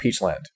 Peachland